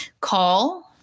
call